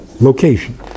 Location